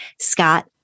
Scott